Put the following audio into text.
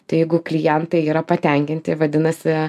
tai jeigu klientai yra patenkinti vadinasi